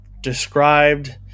described